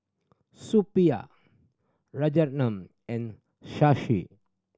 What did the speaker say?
Suppiah Rajaratnam and Shashi